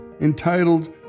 entitled